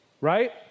right